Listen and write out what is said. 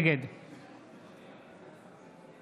נגד